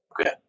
Okay